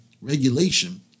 regulation